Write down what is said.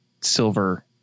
silver